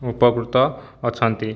ଉପକୃତ ଅଛନ୍ତି